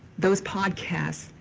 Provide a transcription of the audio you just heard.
those podcasts,